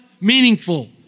meaningful